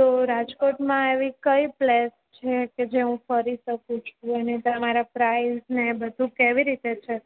તો રાજકોટમાં એવી કઈ પ્લેસ છે કે જે હું ફરી શકું છું અને તમારા પ્રાઇસ ને એ બધું કેવી રીતે છે